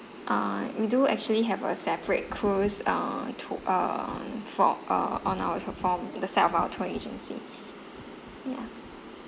uh we do actually have a separate cruise uh to err for uh on our for from the side of our tour agency ya